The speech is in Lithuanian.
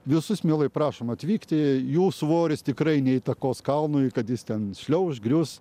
visus mielai prašom atvykti jų svoris tikrai neįtakos kalnui kad jis ten šliauš užgrius